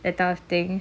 that type of thing